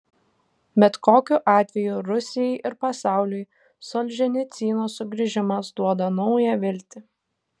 bet kokiu atveju rusijai ir pasauliui solženicyno sugrįžimas duoda naują viltį